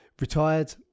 retired